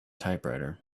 typewriter